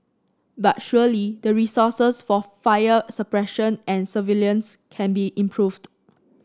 but surely the resources for fire suppression and surveillance can be improved